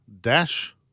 Dash